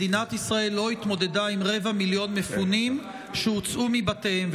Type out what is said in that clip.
מדינת ישראל לא התמודדה עם רבע מיליון מפונים שהוצאו מבתיהם.